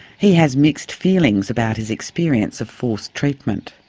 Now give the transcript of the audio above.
he has mixed feelings about his experience of forced treatment.